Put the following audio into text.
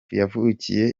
yavukiye